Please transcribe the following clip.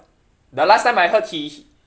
the last time I heard he